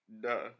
Duh